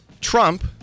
Trump